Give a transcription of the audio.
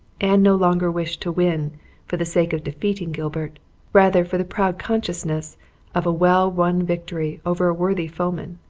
anne no longer wished to win for the sake of defeating gilbert rather, for the proud consciousness of a well-won victory over a worthy foeman.